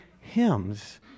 hymns